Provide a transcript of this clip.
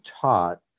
taught